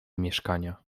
mieszkania